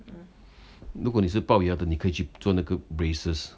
如果你是龅牙的你可以去做那个 braces